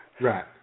Right